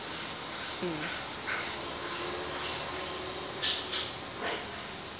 mm